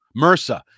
MRSA